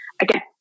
again